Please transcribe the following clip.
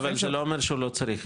אבל זה לא אומר שלא צריך,